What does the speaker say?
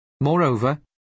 Moreover